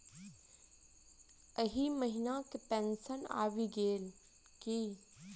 एहि महीना केँ पेंशन आबि गेल की